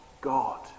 God